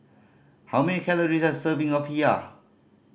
how many calories does a serving of